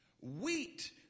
Wheat